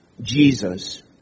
Jesus